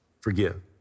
forgive